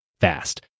fast